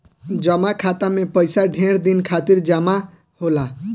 जमा खाता मे पइसा ढेर दिन खातिर जमा होला